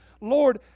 Lord